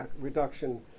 reduction